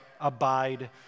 abide